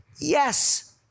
Yes